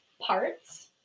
parts